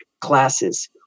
classes